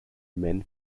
men